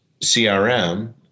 crm